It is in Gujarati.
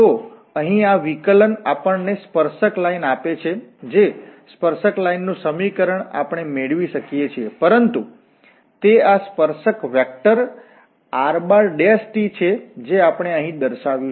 તો અહીં આ વિકલન આપણને સ્પર્શક લાઇન આપે છે જે સ્પર્શક લાઇન નું સમીકરણ આપણે મેળવી શકીએ છીએ પરંતુ તે આ સ્પર્શક વેક્ટર r છે જે આપણે અહીં દર્શાવ્યુ છે